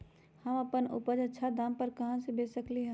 हम अपन उपज अच्छा दाम पर कहाँ बेच सकीले ह?